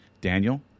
Daniel